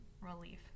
relief